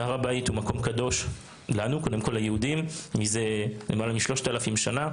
הר הבית הוא מקום קדוש ליהודים מעל 3,000 שנים,